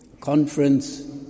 conference